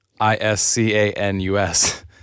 I-S-C-A-N-U-S